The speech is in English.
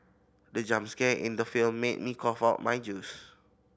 the jump scare in the film made me cough out my juice